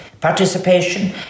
participation